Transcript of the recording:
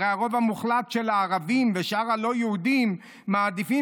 הרי הרוב המוחלט של הערבים ושאר הלא-יהודים מעדיפים